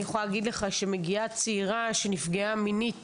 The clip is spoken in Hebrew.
אני יכול להגיד לך, כשמגיעה צעירה שנפגעה מינית